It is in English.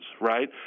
right